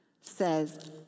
says